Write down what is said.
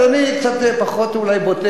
אז אני אולי קצת פחות בוטה,